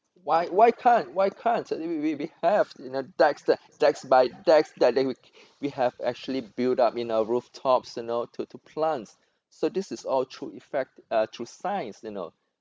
why why can't why can't we we we have you know decks that decks by decks that we have actually build up in our rooftop you know to to plants so this is all through effect uh through science you know